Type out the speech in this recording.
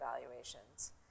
evaluations